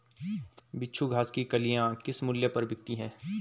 बिच्छू घास की कलियां किस मूल्य पर बिकती हैं?